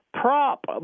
Prop